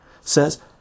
Says